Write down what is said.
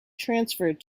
transferred